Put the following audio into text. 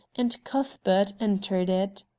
and cuthbert entered it.